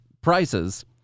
prices